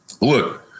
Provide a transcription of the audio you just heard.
Look